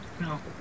No